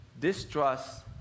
distrust